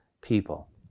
people